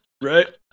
right